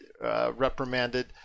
Reprimanded